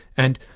and,